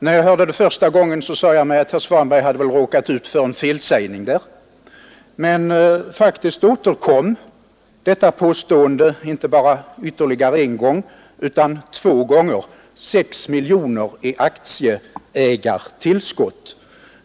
När jag hörde det första gången sade jag mig att herr Svanberg väl hade råkat ut för en felsägning, men påståendet återkom faktiskt inte bara en gång utan två gånger — 6 miljoner i aktieägartillskott.